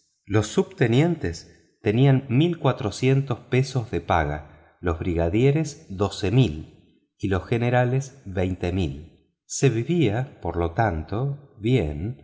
los subtenientes tenían trescientas libras de sueldo los brigadieres dos mil quinientas y los generales cuatro mil se vivía por lo tanto bien